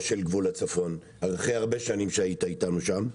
של גבול הצפון אחרי הרבה שנים שהיית איתנו שם.